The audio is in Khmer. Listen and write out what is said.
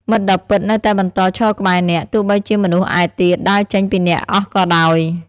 មិត្តដ៏ពិតនៅតែបន្តឈរក្បែរអ្នក ទោះបីជាមនុស្សឯទៀតដើរចេញពីអ្នកអស់ក៏ដោយ។